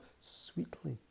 sweetly